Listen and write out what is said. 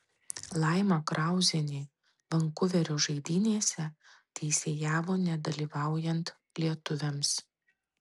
laima krauzienė vankuverio žaidynėse teisėjavo nedalyvaujant lietuviams